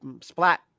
Splat